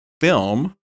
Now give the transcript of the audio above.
film